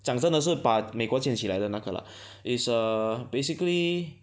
讲真的是把美国建起来的那个 lah is err basically